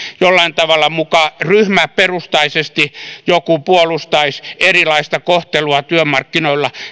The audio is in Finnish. jollain tavalla muka ryhmäperustaisesti joku puolustaisi erilaista kohtelua työmarkkinoilla